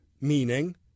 meaning